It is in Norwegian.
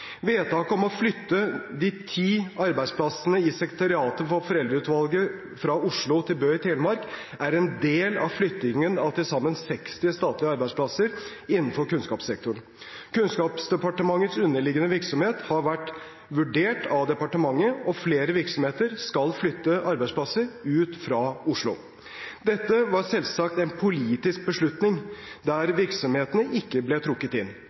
Vedtaket om å flytte de ti arbeidsplassene i sekretariatet for foreldreutvalgene fra Oslo til Bø i Telemark er en del av flyttingen av til sammen 60 statlige arbeidsplasser innenfor kunnskapssektoren. Kunnskapsdepartementets underliggende virksomhet har vært vurdert av departementet, og flere virksomheter skal flytte arbeidsplasser ut fra Oslo. Dette var selvsagt en politisk beslutning, der virksomhetene ikke ble trukket inn.